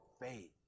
faith